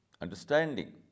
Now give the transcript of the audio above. understanding